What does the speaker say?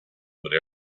but